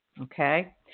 okay